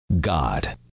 God